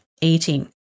eating